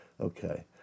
Okay